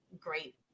great